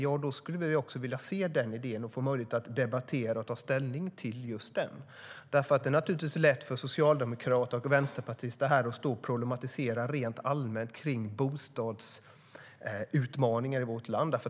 Ja, då skulle vi också vilja se den idén och få möjlighet att debattera och ta ställning till just den. Det är naturligtvis lätt för socialdemokrater och vänsterpartister att stå här och problematisera rent allmänt kring bostadsutmaningar i vårt land.